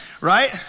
right